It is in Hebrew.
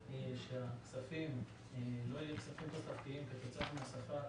שהכספים לא יהיו כספים תוספתיים כתוצאה מהוספת